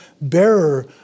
bearer